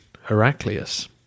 Heraclius